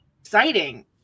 exciting